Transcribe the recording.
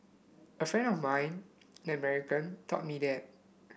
a friend of mine an American taught me that